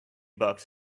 bucks